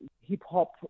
hip-hop